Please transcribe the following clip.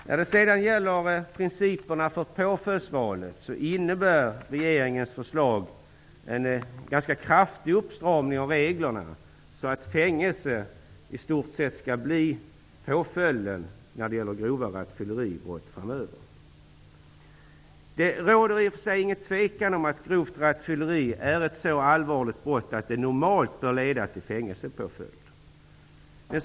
När det sedan gäller principerna för påföljdsvalet innebär regeringens förslag en ganska kraftig uppstramning av reglerna så att fängelsestraff i stort sett skall bli påföljden när det gäller grova rattfylleribrott framöver. Det råder i och för sig ingen tvekan om att grovt rattfylleri är ett så allvarligt brott att det normalt bör leda till fängelsepåföljd.